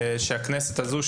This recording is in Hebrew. שהכנסת הזו,